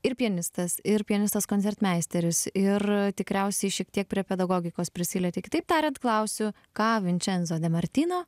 ir pianistas ir pianistas koncertmeisteris ir tikriausiai šiek tiek prie pedagogikos prisilietei kitaip tariant klausiu ką vinčenzo de martino